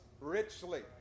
richly